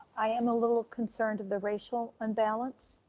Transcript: i am a little concerned of the racial unbalance.